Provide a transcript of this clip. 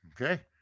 Okay